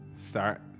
Start